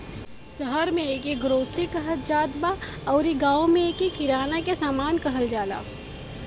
शहर में एके ग्रोसरी कहत जात बा अउरी गांव में एके किराना के सामान कहल जाला